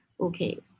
Okay